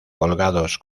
colgados